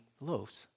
loaves